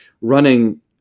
running